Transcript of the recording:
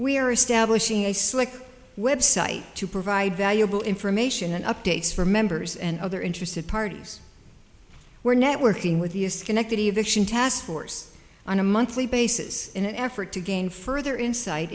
we are establishing a slick website to provide valuable information and updates for members and other interested parties we're networking with the a schenectady of the taskforce on a monthly basis in an effort to gain further insight